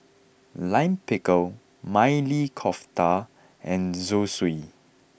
Lime Pickle Maili Kofta and Zosui